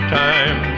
time